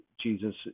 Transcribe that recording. Jesus